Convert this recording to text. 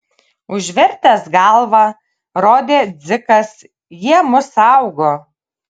užvertęs galvą rodė dzikas jie mus saugo